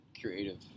creative